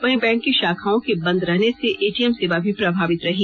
वहीं बैंक की शाखाओं के बंद रहने से एटीएम सेवा भी प्रभावित रही